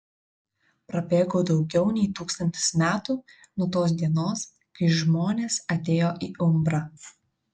prabėgo daugiau nei tūkstantis metų nuo tos dienos kai žmonės atėjo į umbrą